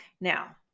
Now